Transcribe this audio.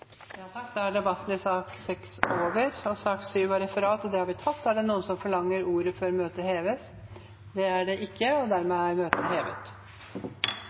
i sak nr. 6 er over. Sak nr. 7 er referat, og det har vi tatt. Er det noen som forlanger ordet før møtet heves? – Dermed er møtet hevet.